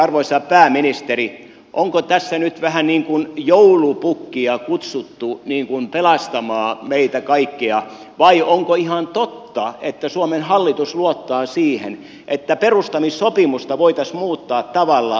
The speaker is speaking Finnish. arvoisa pääministeri onko tässä nyt vähän niin kuin joulupukkia kutsuttu pelastamaan meitä kaikkia vai onko ihan totta että suomen hallitus luottaa siihen että perustamissopimusta voitaisiin muuttaa tavalla jolla ekpn tehtävä muuttuisi